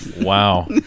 Wow